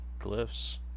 glyphs